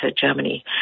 Germany